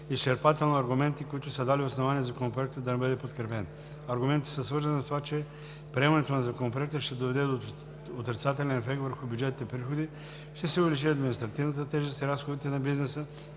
изчерпателно аргументите, които са дали основание Законопроектът да не бъде подкрепен. Аргументите са свързани с това, че приемането на Законопроекта ще доведе до отрицателен ефект върху бюджетните приходи, ще се увеличи административната тежест и разходите на бизнеса,